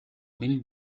энэ